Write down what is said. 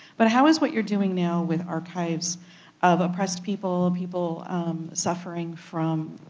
but how is what you're doing now with archives of oppressed people, people suffering from